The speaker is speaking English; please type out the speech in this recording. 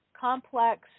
Complex